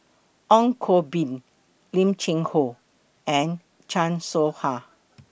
Ong Koh Bee Lim Cheng Hoe and Chan Soh Ha